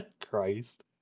Christ